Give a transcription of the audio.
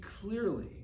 clearly